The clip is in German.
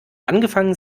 angefangen